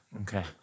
Okay